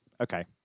okay